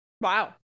Wow